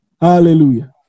Hallelujah